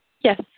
Yes